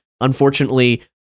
Unfortunately